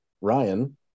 Ryan